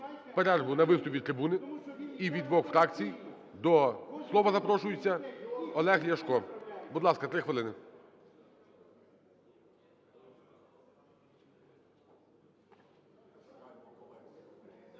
перерву на виступ із трибуни. І від двох фракції до слова запрошується Олег Ляшко. Будь ласка, 3 хвилини.